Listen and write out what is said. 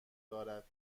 دارد